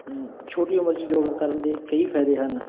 ਛੋਟੀ ਉਮਰ 'ਚ ਯੋਗਾ ਕਰਨ ਦੇ ਕਈ ਫਾਇਦੇ ਹਨ